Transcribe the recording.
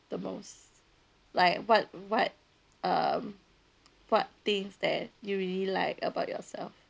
the most like what what um what things that you really like about yourself